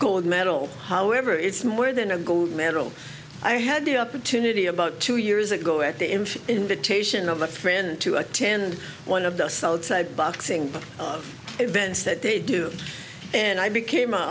gold medal however it's more than a gold medal i had the opportunity about two years ago at the end invitation of the fan to attend one of the south side boxing events that they do and i became a